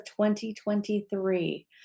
2023